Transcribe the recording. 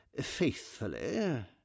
faithfully